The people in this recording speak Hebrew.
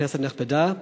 כנסת נכבדה,